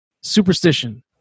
Superstition